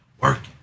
working